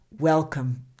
Welcome